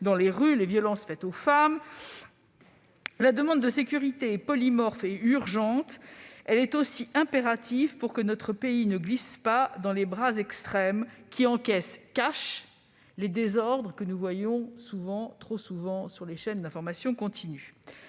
des rues, les violences faites aux femmes, la demande de sécurité est polymorphe et urgente. Elle est aussi impérative, pour que notre pays ne glisse pas dans les bras extrêmes, qui encaissent les bénéfices des désordres que nous voyons trop souvent sur les chaînes d'information continue.